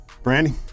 Brandy